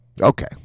okay